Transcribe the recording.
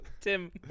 Tim